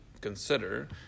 consider